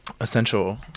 Essential